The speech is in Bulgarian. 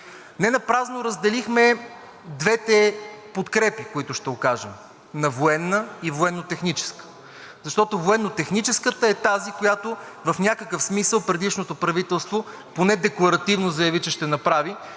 Ненапразно разделихме двете подкрепи, които ще окажем, на военна и военно-техническа, защото военно-техническата е тази, за която в някакъв смисъл предишното правителство поне декларативно заяви, че ще направи,